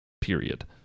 period